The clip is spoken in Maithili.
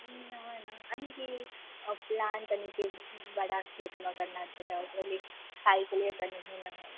यानि कि प्लान्ट यानि कि बड़ा खेतमे करना छै तऽ ओकरा लिए खायके लियै तऽ नहिये ने